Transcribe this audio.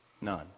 None